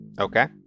okay